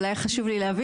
אבל היה חשוב לי להבין.